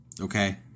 Okay